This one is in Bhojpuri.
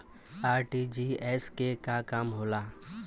आर.टी.जी.एस के का काम होला?